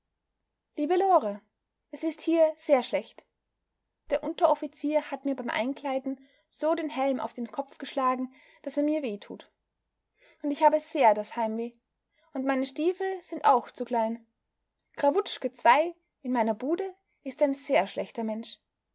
liebe lore es ist hier sehr schlecht der unteroffizier hat mir beim einkleiden so den helm auf den kopf geschlagen daß er mir wehtut und ich habe sehr das heimweh und meine stiefel sind auch zu klein krawutschke ii in meiner bude ist ein sehr schlechter mensch